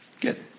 Good